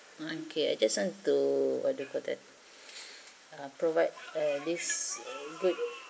okay I just want to what do you call that provide ah this great